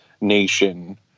nation